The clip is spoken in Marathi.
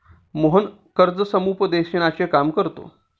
मोहन कर्ज समुपदेशनाचे काम करतो